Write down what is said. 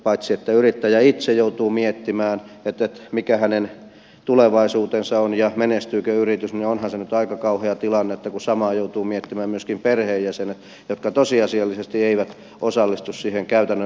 paitsi että yrittäjä itse joutuu miettimään mikä hänen tulevaisuutensa on ja menestyykö yritys onhan se nyt aika kauhea tilanne että samaa joutuvat miettimään myöskin perheenjäsenet jotka tosiasiallisesti eivät osallistu siihen käytännön yritystoimintaan millään lailla